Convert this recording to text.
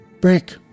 Brick